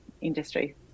industry